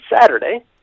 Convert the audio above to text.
Saturday